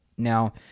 Now